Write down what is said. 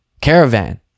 caravan